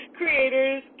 creators